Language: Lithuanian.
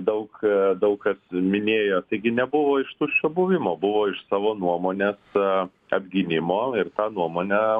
daug daug kas minėjo taigi nebuvo iš tuščio buvimo buvo iš savo nuomones apgynimo ir tą nuomonę